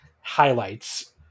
highlights